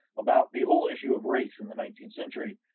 about the whole issue of race in the nineteenth century,